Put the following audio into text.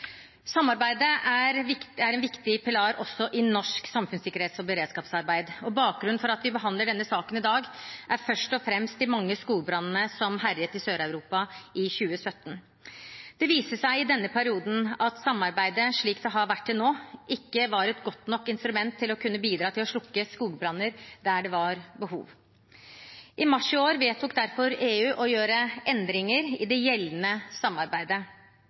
Samarbeidet er også en viktig pilar i norsk samfunnssikkerhets- og beredskapsarbeid. Bakgrunnen for at vi behandler denne saken i dag, er først og fremst de mange skogbrannene som herjet i Sør-Europa i 2017. Det viste seg i denne perioden at samarbeidet, slik det har vært til nå, ikke var et godt nok instrument til å kunne bidra til å slukke skogbranner der det var behov. I mars i år vedtok derfor EU å gjøre endringer i det gjeldende samarbeidet.